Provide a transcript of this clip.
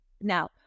Now